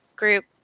group